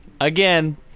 again